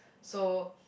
so